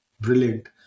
Brilliant